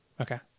Okay